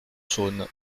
saône